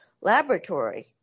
laboratory